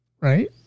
right